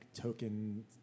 token